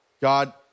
God